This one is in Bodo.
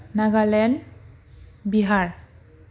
नागालेण्ड बिहार